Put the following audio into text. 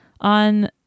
on